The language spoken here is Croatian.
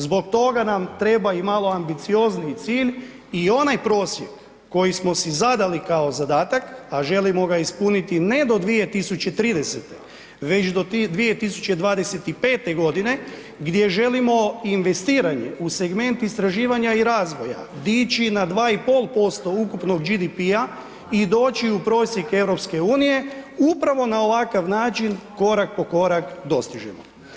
Zbog toga nam treba i malo ambiciozniji cilj i onaj prosjek koji smo si zadali kao zadatak, a želimo ga ispuniti ne do 2030., već do 2025. g. gdje želimo investiranje u segment istraživanja i razvoja diži na 2,5% ukupnog GDP-a i doći u prosjek EU upravo na ovakav način, korak po korak dostižemo.